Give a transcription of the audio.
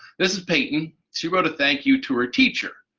this is payton, she wrote a thank-you to her teacher,